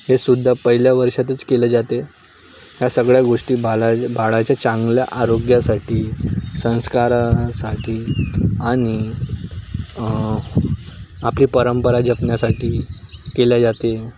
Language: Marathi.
हे सुद्धा पहिल्या वर्षातच केले जाते ह्या सगळ्या गोष्टी बाला बाळाच्या चांगल्या आरोग्यासाठी संस्कारासाठी आणि आपली परंपरा जपण्यासाठी केले जाते